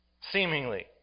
seemingly